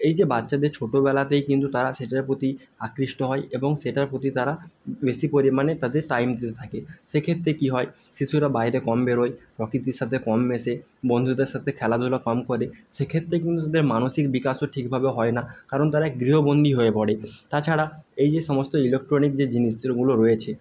এই যে বাচ্চাদের ছোটোবেলাতেই কিন্তু তারা সেটার প্রতি আকৃষ্ট হয় এবং সেটার প্রতি তারা বেশি পরিমাণে তাদের টাইম দিতে থাকে সেক্ষেত্রে কী হয় শিশুরা বাইরে কম বেরোয় প্রকৃতির সাথে কম মেশে বন্ধুদের সাথে খেলাধুলা কম করে সেক্ষেত্রে কিন্তু তাদের মানসিক বিকাশও ঠিকভাবে হয় না কারণ তারা গৃহবন্দী হয়ে পড়ে তাছাড়া এই যে সমস্ত ইলেকট্রনিক যে জিনিস এরগুলো রয়েছে